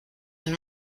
and